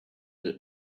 that